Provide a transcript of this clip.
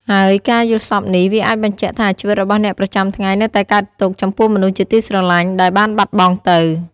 ហើយការយល់សប្តិនេះ វាអាចបញ្ជាក់ថា ជីវិតរបស់អ្នកប្រចាំថ្ងៃ នៅតែកើតទុក្ខ ចំពោះមនុស្សជាទីស្រលាញ់ ដែលបានបាត់បង់ទៅ។